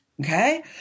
Okay